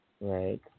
Right